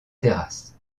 terrasses